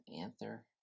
Anther